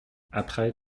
après